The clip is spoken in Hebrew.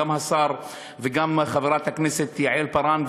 גם השר וגם חברת הכנסת יעל כהן-פארן,